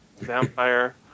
Vampire